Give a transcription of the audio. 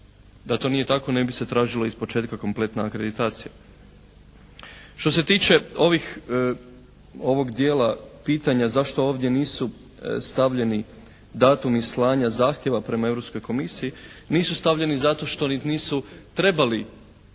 Da to nije tako ne bi se tražilo iz početka kompletna akreditacija. Što se tiče ovih, ovog dijela pitanja zašto ovdje nisu stavljeni datumi slanja zahtjeva prema Europskoj komisiji. Nisu stavljeni zato što ni nisu trebali